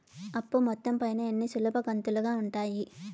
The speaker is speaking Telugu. అప్పు మొత్తం పైన ఎన్ని సులభ కంతులుగా ఉంటాయి?